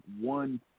one